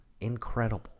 Incredible